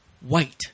white